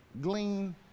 glean